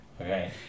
Okay